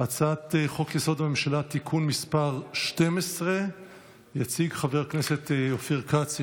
הצעת חוק-יסוד: הממשלה (תיקון מס' 12). יציג חבר הכנסת אופיר כץ,